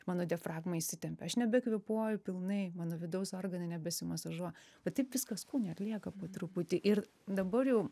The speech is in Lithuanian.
mano diafragma įsitempia aš nebekvėpuoju pilnai mano vidaus organai nebesimasažuoja va taip viskas kūne ir lieka po truputį ir dabar jau